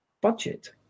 budget